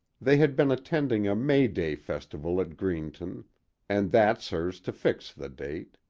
they had been attending a may day festival at greenton and that serves to fix the date.